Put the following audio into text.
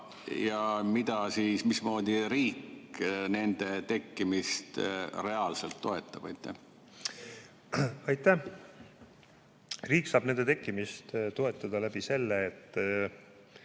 võtame, ja mismoodi riik nende tekkimist reaalselt toetab? Aitäh! Riik saab nende tekkimist toetada sellega, et